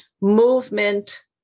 movement